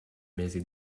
mesi